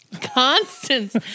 Constance